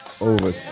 over